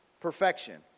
Perfection